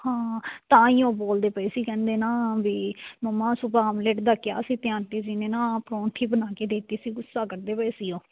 ਹਾਂ ਤਾਂ ਹੀ ਉਹ ਬੋਲਦੇ ਪਏ ਸੀ ਕਹਿੰਦੇ ਨਾ ਵੀ ਮਮਾ ਸੂਬਹਾ ਆਮਲੇਟ ਦਾ ਕਿਹਾ ਸੀ ਅਤੇ ਆਂਟੀ ਜੀ ਨੇ ਨਾ ਪਰੌਂਠੀ ਬਣਾ ਕੇ ਦੇ ਦਿੱਤੀ ਸੀ ਗੁੱਸਾ ਕਰਦੇ ਪਏ ਸੀ ਉਹ